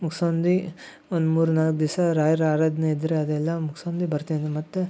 ಮುಗ್ಸ್ಕೊಂಡು ಒಂದು ಮೂರು ನಾಲ್ಕು ದಿವಸ ರಾಯರ ಆರಾಧನೆ ಇದ್ದರೆ ಅದೆಲ್ಲ ಮುಗ್ಸ್ಕೊಂಡು ಬರ್ತೀನಿ ಮತ್ತು